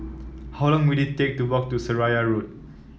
how long will it take to walk to Seraya Road